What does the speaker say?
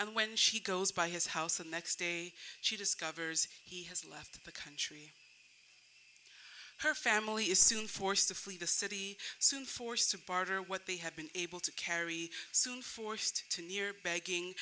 and when she goes by his house the next day she discovers he has left the country her family is soon forced to flee the city soon forced to barter what they have been able to carry soon forced to near begging